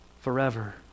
forever